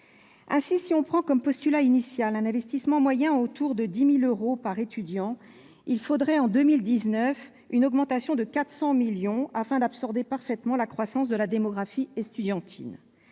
Si on prend comme postulat initial un investissement moyen autour de 10 000 euros par étudiant, il faudrait, pour 2019, une augmentation de 400 millions d'euros afin d'absorber parfaitement la croissance de la démographie estudiantine.